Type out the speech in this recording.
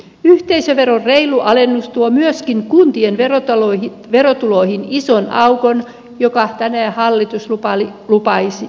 yhteisöveron reilu alennus tuo myöskin kuntien verotuloihin ison aukon jota tänään hallitus lupaili kompensoida